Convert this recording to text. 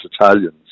italians